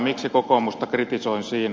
miksi kokoomusta kritisoin siinä